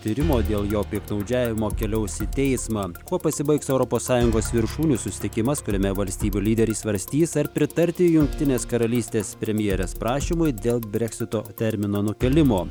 tyrimo dėl jo piktnaudžiavimo keliaus į teismą kuo pasibaigs europos sąjungos viršūnių susitikimas kuriame valstybių lyderiai svarstys ar pritarti jungtinės karalystės premjerės prašymui dėl breksito termino nukėlimo